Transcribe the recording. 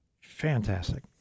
Fantastic